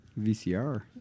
VCR